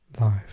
life